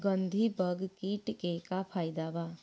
गंधी बग कीट के का फायदा बा?